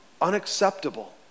unacceptable